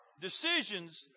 decisions